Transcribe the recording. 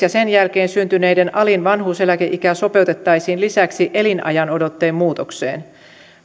ja sen jälkeen syntyneiden alin vanhuuseläkeikä sopeutettaisiin lisäksi elinajanodotteen muutokseen